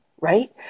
right